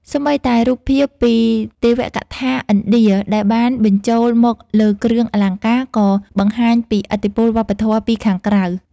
សូម្បីតែ រូបភាពពីទេវកថាឥណ្ឌា ដែលបានបញ្ចូលមកលើគ្រឿងអលង្ការ ក៏បង្ហាញពីឥទ្ធិពលវប្បធម៌ពីខាងក្រៅ។